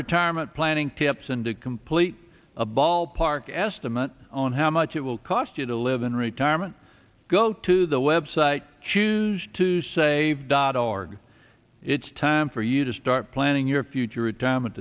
retirement planning tips and to complete a ballpark estimate on how much it will cost you to live in retirement go to the website choose to say dot org it's time for you to start planning your future retirement